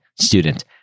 student